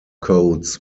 codes